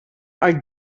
are